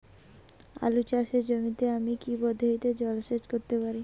আলু চাষে জমিতে আমি কী পদ্ধতিতে জলসেচ করতে পারি?